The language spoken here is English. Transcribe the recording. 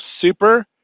super